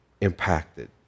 impacted